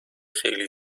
خیلی